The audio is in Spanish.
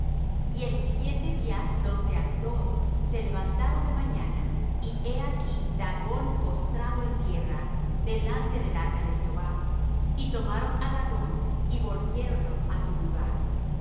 y el siguiente día los de asdod se levantaron de mañana y he aquí dagón postrado en tierra delante del arca de jehová y tomaron á dagón y volviéronlo á su lugar